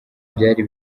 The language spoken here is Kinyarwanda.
byari